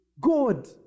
God